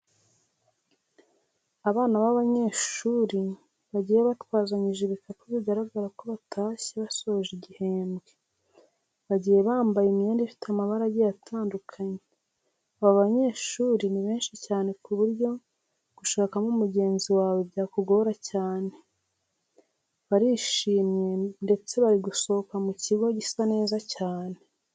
Abana b'abanyeshuri bagiye batwazanyije ibikapu bigaragara ko batashye basoje igihembwe, bagiye bambaye imyenda ifite amabara agiye atandukanye. Aba banyeshuri ni benshi cyane ku buryo gushakamo mugenzi wawe byakugora cyane. Barishimye ndetse bari gusohoka mu kigo gisa neza cyane.